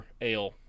ale